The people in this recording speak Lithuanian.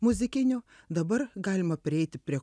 muzikinių dabar galima prieiti prie